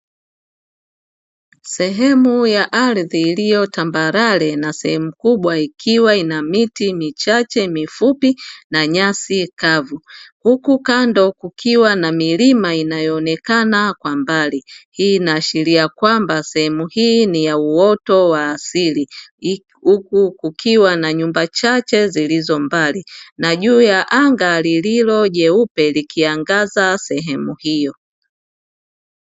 Sehemu ya ardhi iliyo tambarare na sehemu kubwa ikiwa ina miti michache mifupi na na nyasi kavu, huku kando kukiwa na milima inayoonekana kwa mbali. Hii inaashiria kwamba sehemu hii ni ya uoto wa asili, huku kukiwa na nyumba chache zilizo mbali; na juu ya angal lililo jeupe likiangaza sehemu hiyo.